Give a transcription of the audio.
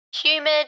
humid